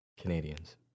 Canadians